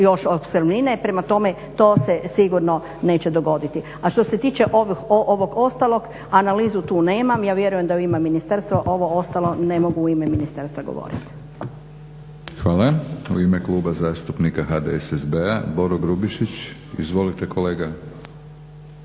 opskrbnine, prema tome to se sigurno neće dogoditi. A što se tiče ovog ostalog, analizu tu nemam, ja vjerujem da ju ima ministarstvo ovo ostalo ne mogu u ime ministarstva govoriti. **Batinić, Milorad (HNS)** Hvala. U ime Kluba zastupnika HDSSB-a Boro Grubišić. Izvolite kolega.